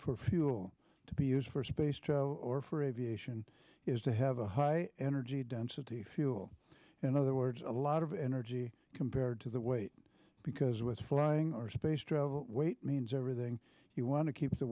for fuel to be used for space or for aviation is to have a high energy density fuel in other words a lot of energy compared to the weight because with flying or space travel weight means everything you want to keep the